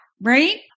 right